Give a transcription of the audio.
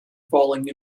falling